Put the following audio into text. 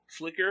Flickr